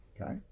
Okay